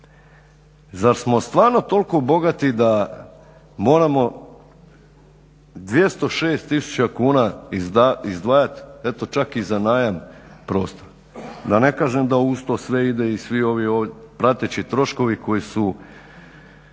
Zar smo stvarno toliko bogati da moramo 206 000 kuna izdvajati eto čak i za najam prostora? Da ne kažem da uz to sve ide i svi ovi prateći troškovi koji su